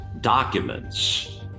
documents